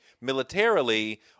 militarily